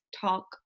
talk